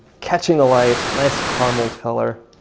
catching the light, nice caramel color.